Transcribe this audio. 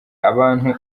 abantu